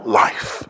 life